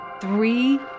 three